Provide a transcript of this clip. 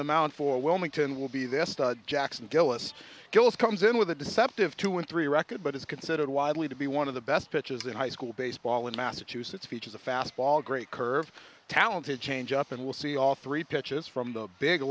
the mound for wilmington will be this jackson gillis gillis comes in with a deceptive two one three record but is considered widely to be one of the best pitches in high school baseball in massachusetts features a fast ball great curve talented changeup and will see all three pitches from the big